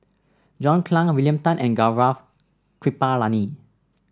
John Clang William Tan and Gaurav Kripalani